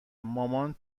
مامان